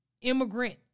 immigrant